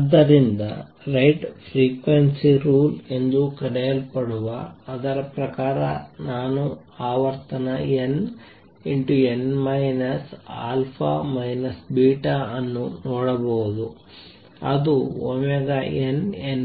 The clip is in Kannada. ಆದ್ದರಿಂದ ರೈಟ್ಸ್ ಫ್ರೀಕ್ವೆನ್ಸಿ ಕಾಂಬಿನೇಶನ್ ರೂಲ್ ಎಂದು ಕರೆಯಲ್ಪಡುವ ಅದರ ಪ್ರಕಾರ ನಾನು ಆವರ್ತನ nn α β ಅನ್ನು ನೋಡಬಹುದು ಅದು nn αn